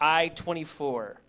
i twenty four